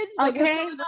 Okay